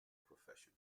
profession